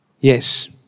Yes